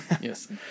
Yes